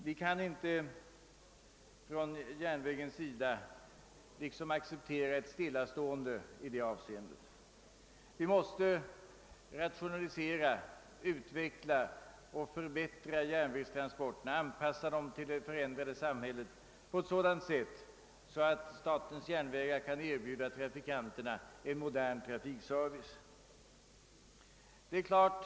Vi kan naturligtvis inte acceptera att statens järnvägar står stilla i utvecklingen. SJ måste rationalisera, utveckla och förbättra järnvägstransporterna och anpassa dem till det förändrade samhället, så att trafikföretaget kan erbjuda sina trafikanter modern trafikservice av hög kvalitet.